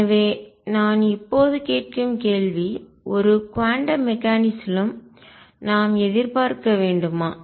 எனவே நான் இப்போது கேட்கும் கேள்வி ஒரு குவாண்டம் மெக்கானிக்ஸ்லிலும் இயக்கவியலிலும் நாம் எதிர்பார்க்க வேண்டுமா